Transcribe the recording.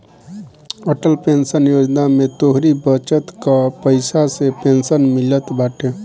Atal pension Yojana में तोहरी बचत कअ पईसा से पेंशन मिलत बाटे